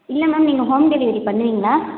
இல்லை மேம் நீங்கள் home delivery பண்ணுவீங்களா